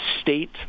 state